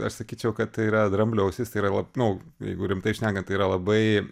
aš sakyčiau kad tai yra dramblio ausis tai yra lab nu jeigu rimtai šnekant tai yra labai